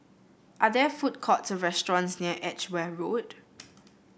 are there food courts or restaurants near Edgware Road